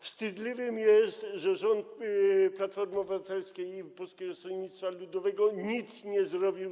Wstydliwe jest, że rząd Platformy Obywatelskiej i Polskiego Stronnictwa Ludowego nic nie zrobił.